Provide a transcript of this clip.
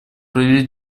провели